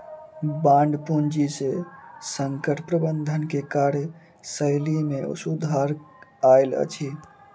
bond पूंजी से संकट प्रबंधन के कार्यशैली में सुधार आयल अछि